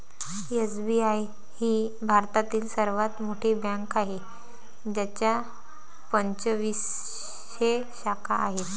SBI ही भारतातील सर्वात मोठी बँक आहे ज्याच्या पंचवीसशे शाखा आहेत